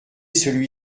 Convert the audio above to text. celui